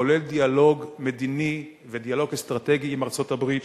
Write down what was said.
כולל דיאלוג מדיני ודיאלוג אסטרטגי עם ארצות-הברית,